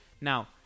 Now